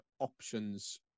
options